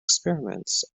experiments